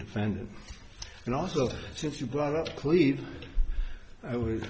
defendant and also since you brought up cleat i w